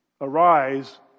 Arise